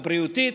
הבריאותית,